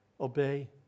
obey